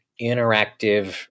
interactive